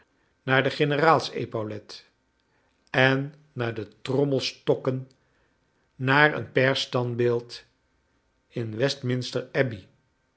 naar de generaalsepaulet en naar de trommels tokken naar een pairsstandbeeld in westminter